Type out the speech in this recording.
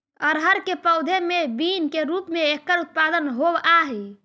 अरहर के पौधे मैं बीन के रूप में एकर उत्पादन होवअ हई